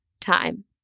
time